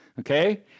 Okay